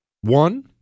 One